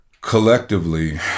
collectively